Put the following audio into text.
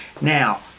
Now